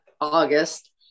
August